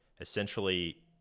essentially